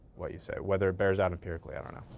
what you say, whether it bears out empirically, i don't know.